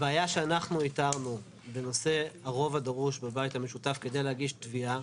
הבעיה שאנחנו איתנו בנושא הרוב הדרוש בבית המשותף כדי להגיש תביעה